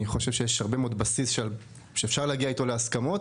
אני חושב שיש הרבה מאוד בסיס שאפשר להגיע אתו להסכמות,